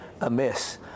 amiss